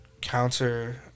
counter